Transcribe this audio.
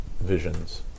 visions